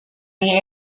the